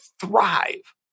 thrive